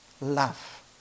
love